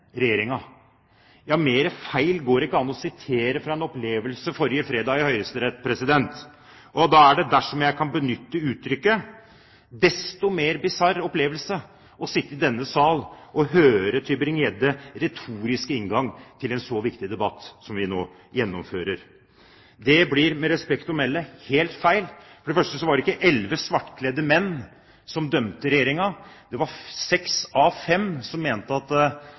feil går det ikke an å sitere fra en opplevelse i Høyesterett forrige fredag. Da er det, dersom jeg kan benytte uttrykket, en desto mer bisarr opplevelse å sitte i denne salen og høre Tybring-Gjeddes retoriske inngang til en så viktig debatt som den vi nå gjennomfører. Det blir med respekt å melde helt feil. For det første var det ikke elleve svartkledde menn som dømte Regjeringen. Det var seks av fem som mente at